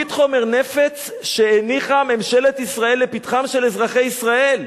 חבית חומר הנפץ שהניחה ממשלת ישראל לפתחם של אזרחי ישראל,